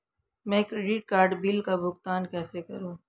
मैं credit card bill का भुगतान कैसे करूं?